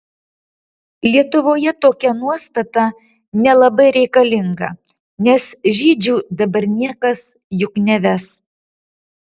lietuvoje tokia nuostata nelabai reikalinga nes žydžių dabar niekas juk neves